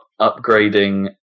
upgrading